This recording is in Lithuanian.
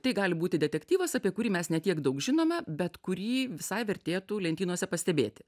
tai gali būti detektyvas apie kurį mes ne tiek daug žinome bet kurį visai vertėtų lentynose pastebėti